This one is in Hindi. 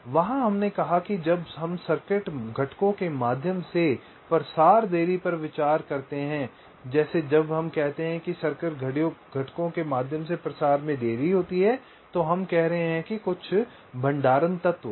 वहां हमने कहा कि जब हम सर्किट घटकों के माध्यम से प्रसार देरी पर विचार करते हैं जैसे जब हम कहते हैं कि सर्किट घटकों के माध्यम से प्रसार में देरी होती है तो हम कह रहे हैं कि कुछ भंडारण तत्व हैं